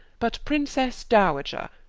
but princesse dowager,